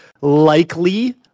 likely